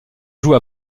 joue